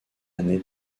année